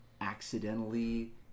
accidentally